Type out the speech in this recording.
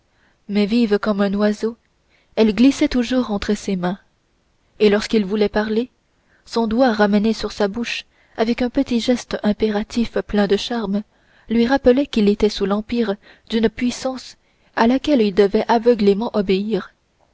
mais vive comme un oiseau elle glissait toujours entre ses mains et lorsqu'il voulait parler son doigt ramené sur sa bouche avec un petit geste impératif plein de charme lui rappelait qu'il était sous l'empire d'une puissance à laquelle il devait aveuglément obéir